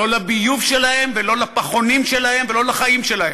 לא לביוב שלהם, ולא לפחונים שלהם ולא לחיים שלהם.